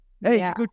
hey